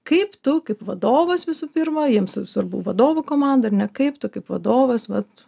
kaip tu kaip vadovas visų pirma jiems jau svarbu vadovų komanda ar ne kaip tu kaip vadovas vat